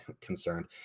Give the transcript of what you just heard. concerned